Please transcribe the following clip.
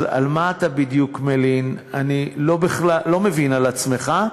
אז על מה אתה בדיוק מלין, אני לא מבין, על עצמך?